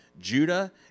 Judah